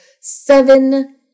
seven